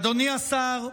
אדוני השר,